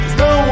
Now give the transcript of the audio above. no